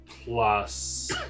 plus